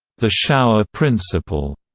the shower principle,